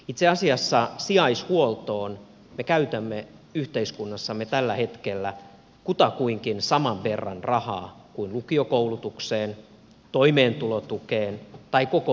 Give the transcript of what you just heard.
itse asiassa sijaishuoltoon me käytämme yhteiskunnassamme tällä hetkellä kutakuinkin saman verran rahaa kuin lukiokoulutukseen toimeentulotukeen tai koko poliisitoimeen